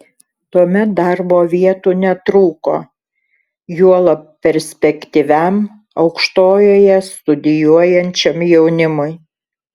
tuomet darbo vietų netrūko juolab perspektyviam aukštojoje studijuojančiam jaunimui